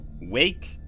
wake